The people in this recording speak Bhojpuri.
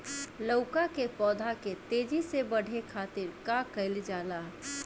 लउका के पौधा के तेजी से बढ़े खातीर का कइल जाला?